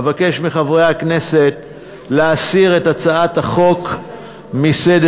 אבקש מחברי הכנסת להסיר את הצעת החוק מסדר-היום.